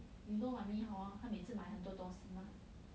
you know mummy hor 他每次买很多东西 mah